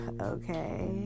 okay